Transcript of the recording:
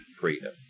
freedom